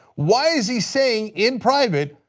why is he saying in private,